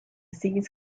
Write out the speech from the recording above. seeds